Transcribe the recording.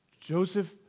Joseph